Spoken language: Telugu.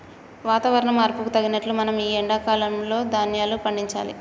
వాతవరణ మార్పుకు తగినట్లు మనం ఈ ఎండా కాలం లో ధ్యాన్యాలు పండించాలి